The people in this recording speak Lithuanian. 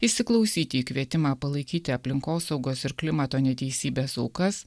įsiklausyti į kvietimą palaikyti aplinkosaugos ir klimato neteisybės aukas